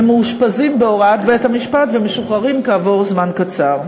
הם מאושפזים בהוראת בית-המשפט ומשוחררים כעבור זמן קצר.